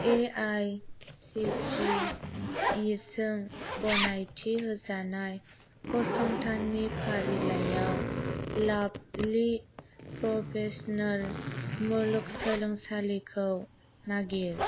A I C T E जों गनायथि होजानाय फसंथाननि फारिलाइआव लाभलि प्र'फेशनेल मुलुगसोलोंसालिखौ नागिर